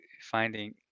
finding